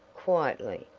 quietly.